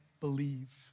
believe